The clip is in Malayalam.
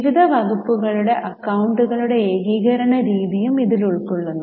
വിവിധ വകുപ്പുകളുടെ അക്കൌണ്ടുകളുടെ ഏകീകരണ രീതിയും ഇതിൽ ഉൾകൊള്ളുന്നു